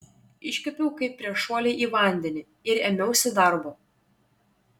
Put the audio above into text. iškvėpiau kaip prieš šuolį į vandenį ir ėmiausi darbo